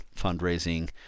fundraising